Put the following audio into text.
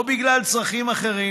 או בגלל צרכים אחרים.